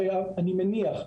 אני מניח,